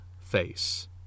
face